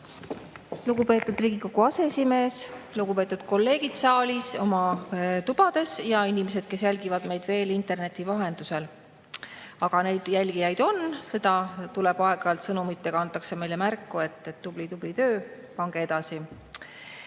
Lugupeetud Riigikogu aseesimees! Lugupeetud kolleegid saalis ja oma tubades ja inimesed, kes jälgivad meid interneti vahendusel! Neid jälgijaid on, aeg-ajalt sõnumitega antakse meile märku, et tubli töö, pange edasi. Aga